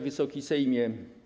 Wysoki Sejmie!